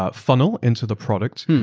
ah funnel into the product.